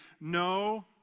no